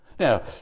Now